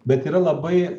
bet yra labai